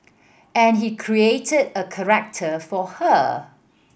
and he created a corrector for her